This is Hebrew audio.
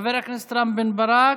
חבר הכנסת רם בן ברק,